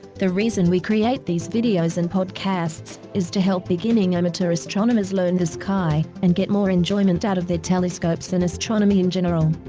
the reason we create these video and podcasts is to help beginning amateur astronomers learn the sky and get more enjoyment out of their telescopes and astronomy in general.